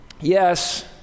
yes